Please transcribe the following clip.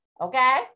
Okay